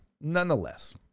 nonetheless